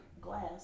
glass